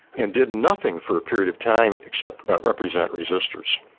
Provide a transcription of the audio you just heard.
and did nothing for a period of time except represent resisters.